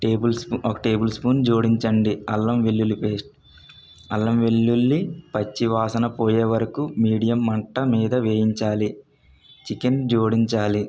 tables ఒక tablespoon జోడించండి అల్లం వెల్లుల్లి పేస్ట్ అల్లం వెల్లుల్లి పచ్చివాసన పోయే వరకు మీడియం మంట మీద వేయించాలి చికెన్ జోడించాలి